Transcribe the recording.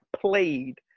played